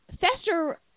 Fester